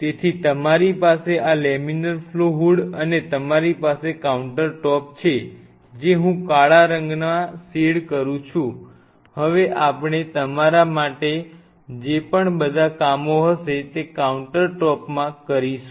તેથી તમારી પાસે આ લેમિનર ફ્લો હૂડ અને તમારી પાસે કાઉન્ટર ટોપ છે જે હું કાળા રંગમાં શેડ કરું છું હવે આપ ણે તમારા માટે જે પણ બધા કામો હશે તે કાઉંટર ટોપમાં કરીશું